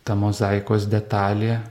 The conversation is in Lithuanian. ta mozaikos detalė